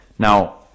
Now